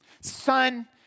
Son